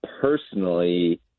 personally